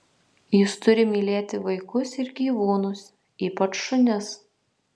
jis turi mylėti vaikus ir gyvūnus ypač šunis